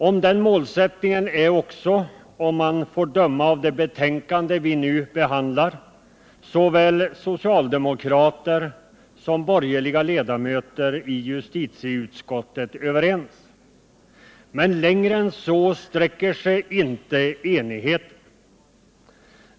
Om den målsättningen är också — om man får döma av det betänkande vi nu behandlar — såväl socialdemokrater som borgerliga ledamöter i justitieutskottet överens. Men längre än så sträcker sig inte enigheten!